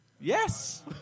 yes